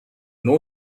know